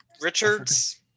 Richards